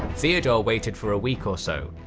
theodore waited for a week or so,